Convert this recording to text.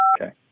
Okay